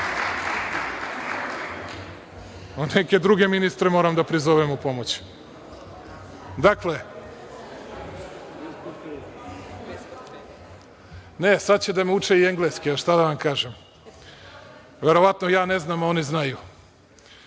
Neke druge ministre moram da prizovem u pomoć. Ne, sad će da me uče i engleski, ali šta da vam kažem. Verovatno ja ne znam, a oni znaju.